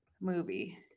movie